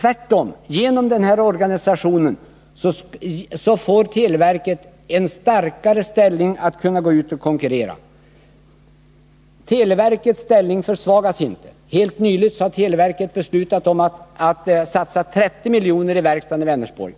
Men genom den föreslagna organisationen får televerket tvärtom en starkare ställning när det gäller att kunna gå ut och konkurrera. Televerkets ställning försvagas inte. Helt nyligen har televerket beslutat om att satsa 30 milj.kr. i verkstaden i Vänersborg.